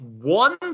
one